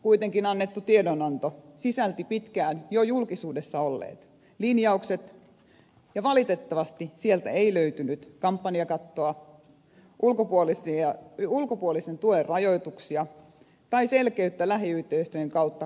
kuitenkin tänään annettu tiedonanto sisälsi pitkään jo julkisuudessa olleet linjaukset ja valitettavasti sieltä ei löytynyt kampanjakattoa ulkopuolisen tuen rajoituksia tai selkeyttä lähiyhteisöjen kautta kulkevaan rahoitukseen